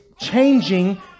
changing